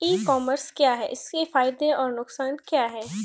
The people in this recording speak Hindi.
ई कॉमर्स क्या है इसके फायदे और नुकसान क्या है?